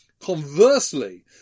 Conversely